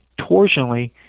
torsionally